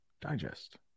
digest